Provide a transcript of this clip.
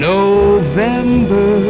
November